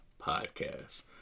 podcast